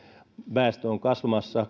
väestö on kasvamassa